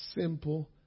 simple